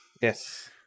Yes